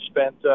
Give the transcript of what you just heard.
spent